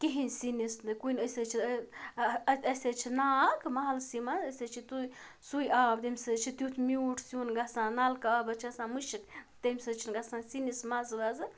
کِہیٖنۍ سِنِس نہٕ کُنہِ أسۍ حظ چھِ اَسہِ حظ چھِ ناگ مَحلسٕے منٛز أسۍ حظ چھِ تُہۍ سُے آب تٔمۍ سۭتۍ چھُ تیُتھ میوٗٹھ سیُن گژھان نَلکہٕ آب حظ چھِ آسان مُشک تمہِ سۭتۍ چھُنہٕ گژھان سِنِس مَزٕ وزٕ